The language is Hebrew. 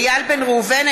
(קוראת בשמות חברי הכנסת) איל בן ראובן,